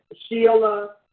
Sheila